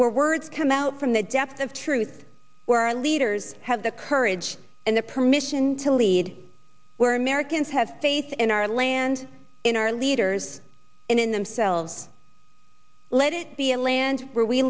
words come out from the depths of truth where leaders have the courage and the permission to lead america and have faith in our land in our leaders and in themselves let it be a land where we